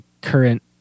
current